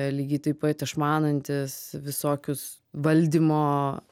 lygiai taip pat išmanantis visokius valdymo